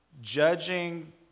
judging